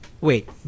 Wait